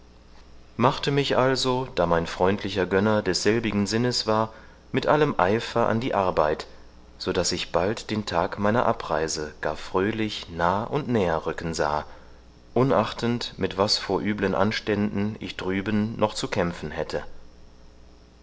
machte mich also da mein freundlicher gönner desselbigen sinnes war mit allem eifer an die arbeit so daß ich bald den tag meiner abreise gar fröhlich nah und näher rücken sahe unachtend mit was vor üblen anständen ich drüben noch zu kämpfen hätte